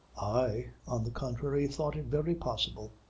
i, on the contrary, thought it very possible.